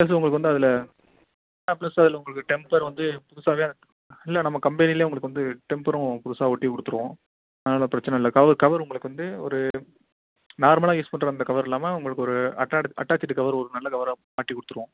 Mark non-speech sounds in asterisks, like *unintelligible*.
plus உங்களுக்கு வந்து அதில் *unintelligible* பிளஸ் உங்களுக்கு அதில் டெம்பர் வந்து புதுசாகவே ரெண்டு இல்லை நம்ம கம்பெனிலேயே உங்களுக்கு வந்து டெம்பரும் புதுசாக ஒட்டி கொடுத்துருவோம் அதனால பிரச்சின இல்லை கவரு கவரு உங்களுக்கு வந்து ஒரு நார்மலாக யூஸ் பண்ணுற அந்த கவரு இல்லாமல் உங்களுக்கு ஒரு அட்டாட் அட்டாச்சிடு கவரு ஒரு நல்ல கவராக மாட்டி கொடுத்துருவோம்